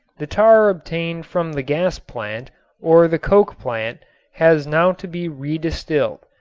the tar obtained from the gas plant or the coke plant has now to be redistilled,